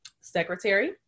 secretary